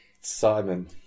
Simon